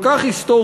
כל כך היסטורית,